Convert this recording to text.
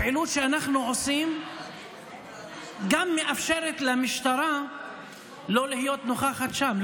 הפעילות שאנחנו עושים גם מאפשרת למשטרה לא להיות נוכחת שם,